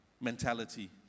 mentality